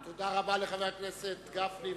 תודה רבה לחבר הכנסת גפני.